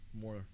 More